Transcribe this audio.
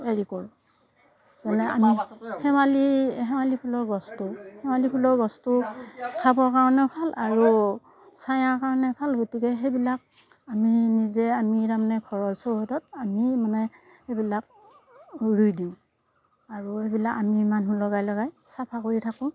হেৰি কৰোঁ যেনে আমি শেৱালি শেৱালি ফুলৰ গছটো শেৱালি ফুলৰ গছটো খাবৰ কাৰণেও ভাল আৰু ছাঁয়াৰ কাৰণেও ভাল গতিকে সেইবিলাক আমি নিজে আমি তাৰমানে ঘৰৰ চৌহদত আমি মানে সেইবিলাক ৰুই দিওঁ আৰু সেইবিলাক আমি মানুহ লগাই লগাই চাফা কৰি থাকো